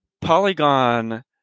Polygon